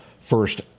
first